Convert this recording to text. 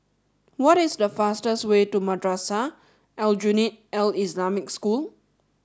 what is the fastest way to Madrasah Aljunied Al Islamic School